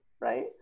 Right